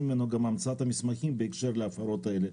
ממנו גם המצאת מסמכים בהקשר להפרות האלה.